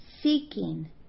Seeking